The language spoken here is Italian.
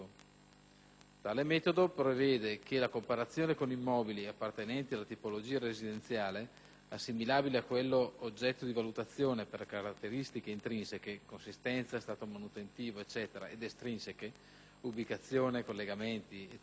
Tale metodo prevede la comparazione con immobili, appartenenti alla tipologia residenziale, assimilabili a quello oggetto di valutazione per caratteristiche intrinseche (consistenza, stato manutentivo, eccetera) ed estrinseche (ubicazione, collegamenti, eccetera).